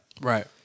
Right